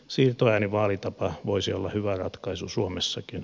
siirtoäänivaalitapa voisi olla hyvä ratkaisu suomessakin